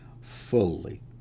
fully